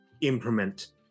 implement